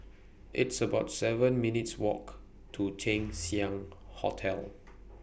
It's about seven minutes' Walk to Chang Xiang Hotel